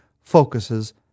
focuses